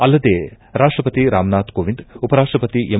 ಅಲ್ಲದೇ ರಾಷ್ಟಪತಿ ರಾಮನಾಥ್ ಕೋವಿಂದ ಉಪರಾಷ್ಟಪತಿ ಎಂ